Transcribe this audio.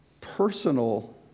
personal